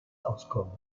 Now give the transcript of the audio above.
auskommen